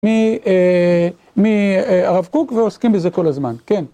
מהרב קוק ועוסקים בזה כל הזמן, כן.